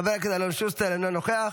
חבר הכנסת אלון שוסטר, אינו נוכח.